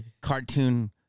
cartoon